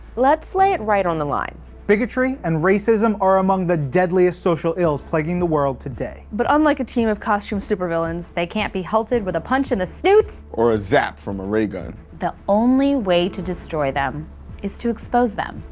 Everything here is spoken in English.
let's lay it right on the line bigotry and racism are among the deadliest social ills plaguing the world today. but unlike a team of costume super-villains they can't be halted with a punch in the snoot or a zap from a ray gun. the only way to destroy them is to expose them.